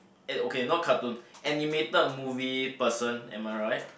eh okay not cartoon animated movie person am I right